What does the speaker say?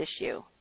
issue